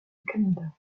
canada